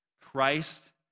Christ